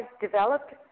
developed